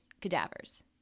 cadavers